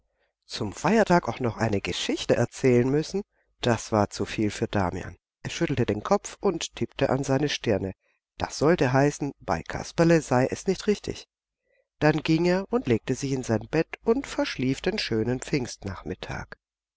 zum feiertag auch noch eine geschichte erzählen müssen das war zuviel für damian er schüttelte den kopf und tippte an seine stirne das sollte heißen bei kasperle sei es nicht richtig dann ging er und legte sich in sein bett und verschlief den schönen pfingstnachmittag